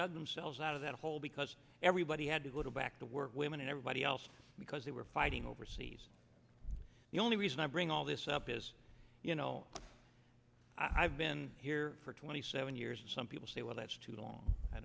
dug themselves out of that hole because everybody had to go back to work women and everybody else because we were fighting overseas the only reason i bring all this up is you know i've been here for twenty seven years and some people say well that's too long i